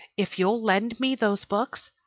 if you'll lend me those books,